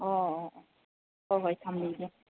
ꯑꯣ ꯍꯣꯏ ꯍꯣꯏ ꯊꯝꯕꯤꯒꯦ